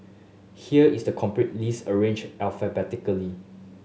here is the complete list arranged alphabetically